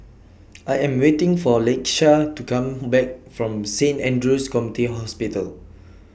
I Am waiting For Lakeshia to Come Back from Saint Andrew's Community Hospital